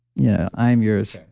yeah i'm yours,